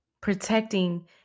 protecting